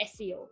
SEO